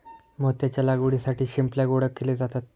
मोत्याच्या लागवडीसाठी शिंपल्या गोळा केले जातात